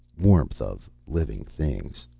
warmth of living things.